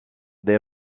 des